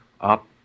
up